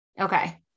Okay